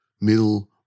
middle